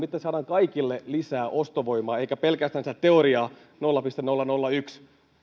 miten saadaan kaikille lisää ostovoimaa eikä pelkästänsä teoriasta nolla pilkku nolla nolla yksi